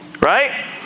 right